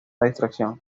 distracción